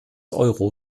euro